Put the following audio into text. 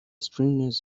strangeness